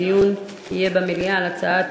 הדיון על ההצעה